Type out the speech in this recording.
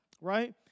right